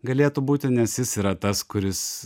galėtų būti nes jis yra tas kuris